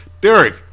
Derek